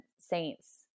saints